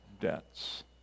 debts